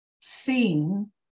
seen